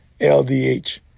LDH